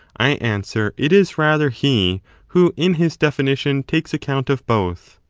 i answer, it is rather he who in his definition takes account of both.